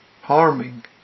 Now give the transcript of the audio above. harming